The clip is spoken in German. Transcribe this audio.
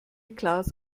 klaas